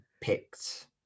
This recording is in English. picked